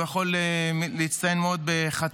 הוא יכול להצטיין מאוד בחתירה,